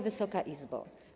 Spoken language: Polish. Wysoka Izbo!